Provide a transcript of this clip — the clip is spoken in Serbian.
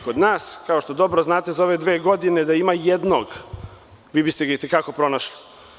Kao što dobro znate, za ove dve godine, da ima jednog, vi biste ga i te kako pronašli.